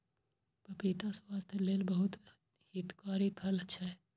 पपीता स्वास्थ्यक लेल बहुत हितकारी फल छै